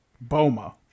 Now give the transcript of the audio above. Boma